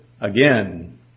again